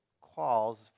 calls